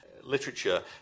literature